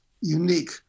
unique